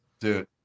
Dude